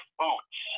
boots